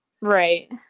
Right